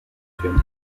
actuelle